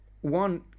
one